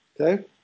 Okay